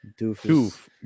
Doof